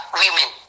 women